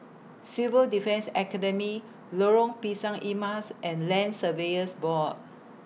Civil Defence Academy Lorong Pisang Emas and Land Surveyors Board